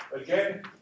again